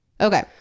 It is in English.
Okay